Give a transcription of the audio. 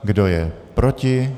Kdo je proti?